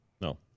No